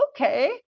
okay